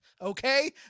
Okay